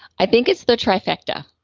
i think it's the trifecta.